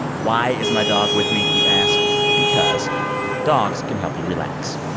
why is my dog with me, you ask? because dogs can help you relax